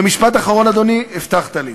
ומשפט אחרון, אדוני, הבטחת לי.